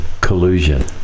collusion